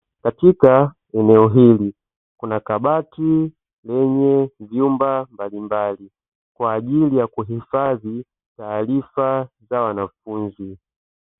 Katika eneo hili kuna kabati lenye vyumba mbalimbali, kwa ajili ya kuhifadhi taarifa za wanafunzi.